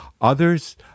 Others